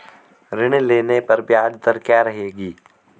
ऋण लेने पर ब्याज दर क्या रहेगी?